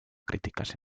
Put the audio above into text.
críticas